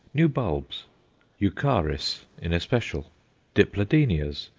new bulbs eucharis in especial dipladenias,